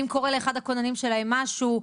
אם קורה לאחד הכוננים שלהם משהו,